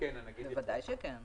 בוודאי שכן.